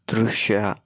ದೃಶ್ಯ